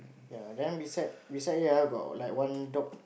ya then beside beside it ah got like one dog